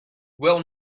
will